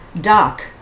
duck